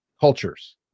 cultures